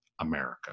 America